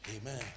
Amen